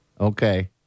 Okay